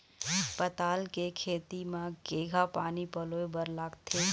पताल के खेती म केघा पानी पलोए बर लागथे?